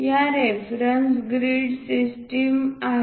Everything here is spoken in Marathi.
या रेफरन्स ग्रीड सिस्टम आहेत